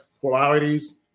polarities